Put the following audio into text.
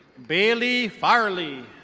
bailey barley.